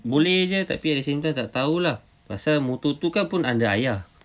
boleh jer tapi at the same time tak tahu lah pasal motor tu kan pun under ayah